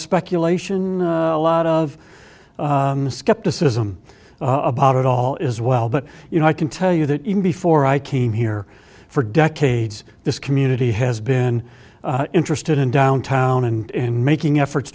speculation a lot of skepticism about it all is well but you know i can tell you that even before i came here for decades this community has been interested in downtown and making efforts